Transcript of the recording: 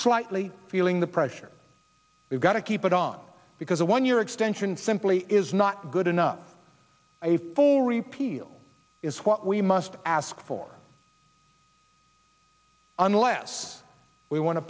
slightly feeling the pressure we've got to keep it on because a one year extension simply is not good enough a full repeal is what we must ask for unless we want to